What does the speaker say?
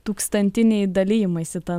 tūkstantiniai dalijimaisi tą